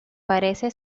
parece